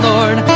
Lord